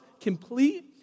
complete